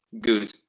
good